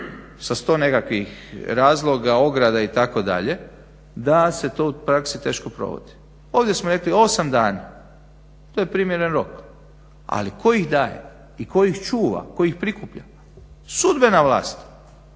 sa sto nekakvih razloga, ograda itd. da se to u praksi teško provodi. Ovdje smo rekli osam dana, to je primjeren rok, ali tko ih daje i tko ih čuva, tko ih prikuplja, sudbena vlast